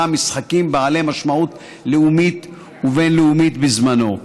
משחקים בעלי משמעות לאומית ובין-לאומית בזמנו.